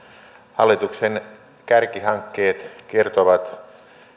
hallituksen kärkihankkeet kertovat